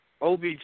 OBJ